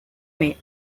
made